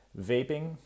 vaping